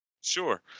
Sure